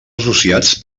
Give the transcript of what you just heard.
associats